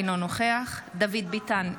אינו נוכח דוד ביטן,